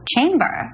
chamber